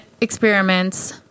experiments